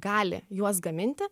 gali juos gaminti